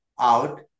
out